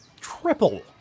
triple